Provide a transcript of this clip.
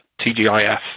TGIF